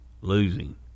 losing